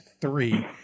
Three